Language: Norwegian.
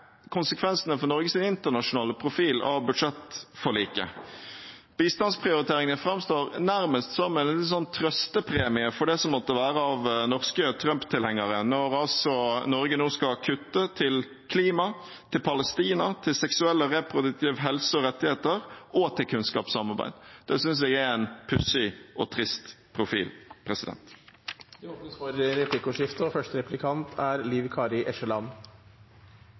av budsjettforliket for Norges internasjonale profil. Bistandsprioriteringene framstår nærmest som en slags trøstepremie for det som måtte være av norske Trump-tilhengere, når Norge nå altså skal kutte til klima, til Palestina, til seksuell og reproduktiv helse og rettigheter og til kunnskapssamarbeid. Det synes jeg er en pussig og trist profil. Det blir replikkordskifte. SV har her gjort greie for